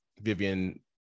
Vivian